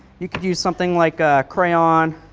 you could use something like a crayon